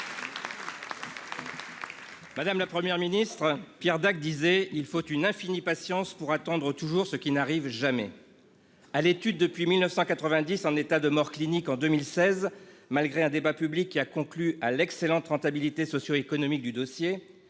Madame la Première ministre, Pierre Dac disait :« Il faut une infinie patience pour attendre toujours ce qui n'arrive jamais.